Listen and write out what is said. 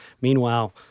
meanwhile